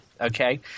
okay